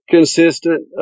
Consistent